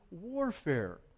warfare